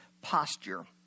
posture